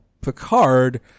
Picard